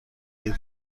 این